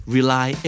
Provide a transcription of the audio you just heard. Rely